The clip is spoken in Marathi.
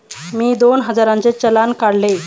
मी दोन हजारांचे चलान काढले